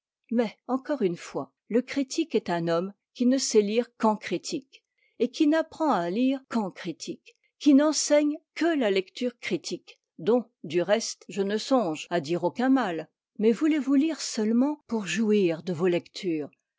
mais encore une fois le critique est un homme qui ne sait lire qu'en critique et qui n'apprend à lire qu'en critique qui n'enseigne que la lecture critique dont du reste je ne songe à dire aucun mal mais voulez-vous lire seulement pour jouir de vos lectures